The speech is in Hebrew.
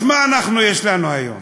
אז מה יש לנו היום?